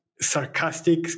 sarcastic